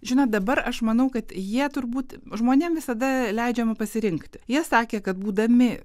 žinot dabar aš manau kad jie turbūt žmonėm visada leidžiama pasirinkti jie sakė kad būdami